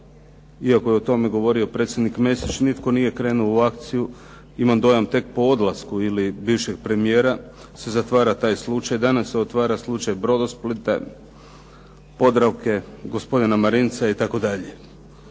iako je o tome govorio predsjednik Mesić nitko nije krenuo u akciju, imam dojam tek po odlasku ili bivšeg premijera se zatvara taj slučaj. Danas se otvara slučaj "Brodosplita", "Podravke", gospodina Marinca, itd.